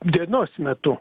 dienos metu